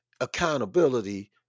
accountability